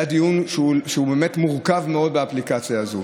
היה דיון באמת מורכב מאוד באפליקציה הזו,